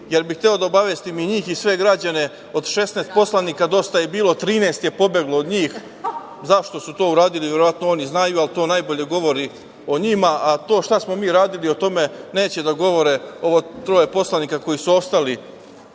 jer bih hteo da obavestim i njih i sve građane – od 16 poslanika Dosta je bilo 13 je pobeglo od njih. Zašto su to uradili? Verovatno to oni znaju, ali to najbolje govori o njima. To šta smo mi radili, o tome neće da govore ovo troje poslanike koji su ostali,